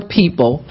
people